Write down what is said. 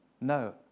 No